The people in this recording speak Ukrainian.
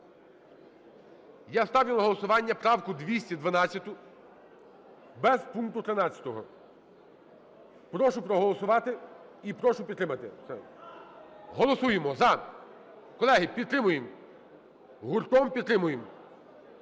Я ставлю на голосування правку 212 без пункту 13. Прошу проголосувати і прошу підтримати. Голосуємо "за"! Колеги, підтримуємо, гуртом підтримуємо.